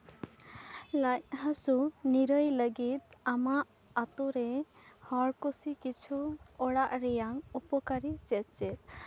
ᱞᱟᱡ ᱦᱟᱹᱥᱩ ᱱᱤᱨᱟᱹᱭ ᱞᱟᱹ ᱜᱤᱫ ᱟᱢᱟᱜ ᱟᱹᱛᱩᱨᱮ ᱦᱚᱲ ᱠᱚᱥᱮ ᱠᱤᱪᱷᱩ ᱚᱲᱟᱜ ᱨᱮᱭᱟᱝ ᱩᱯᱚᱠᱟᱨᱤ ᱪᱮᱫ ᱪᱮᱫ